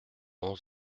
onze